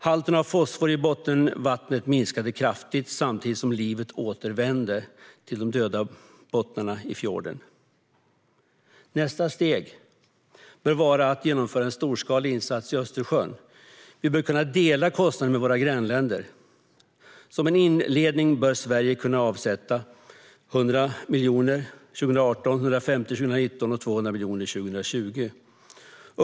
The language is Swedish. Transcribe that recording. Halten av fosfor i bottenvattnet minskade kraftigt samtidigt som livet återvände till de döda bottnarna i fjorden. Nästa steg bör vara att genomföra en storskalig insats i Östersjön. Vi bör kunna dela kostnaden med våra grannländer. Som en inledning bör Sverige kunna avsätta 100 miljoner 2018, 150 miljoner 2019 och 200 miljoner 2020.